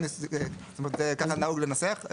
ככה נהוג לנסח.